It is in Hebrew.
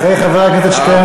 אחרי חבר הכנסת שטרן,